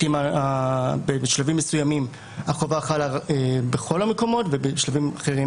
בשלבים מסוימים החובה חלה בכל המקומות ובשלבים אחרים,